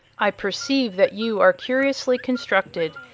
i perceive that you are curiously constructed,